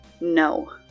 no